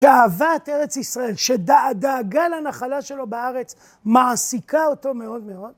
כאהבת ארץ ישראל, שדאגה לנחלה שלו בארץ מעסיקה אותו מאוד מאוד.